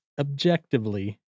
objectively